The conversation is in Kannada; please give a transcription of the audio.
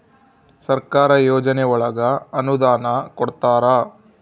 ಸರ್ಕಾರ ಯೋಜನೆ ಒಳಗ ಅನುದಾನ ಕೊಡ್ತಾರ